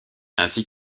ainsi